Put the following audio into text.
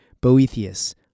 Boethius